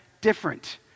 different